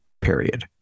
period